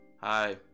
Hi